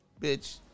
Bitch